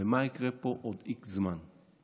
ומה יקרה פה עוד איקס זמן.